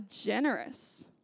generous